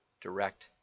direct